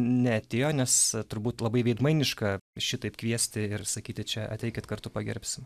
neatėjo nes turbūt labai veidmainiška šitaip kviesti ir sakyti čia ateikit kartu pagerbsim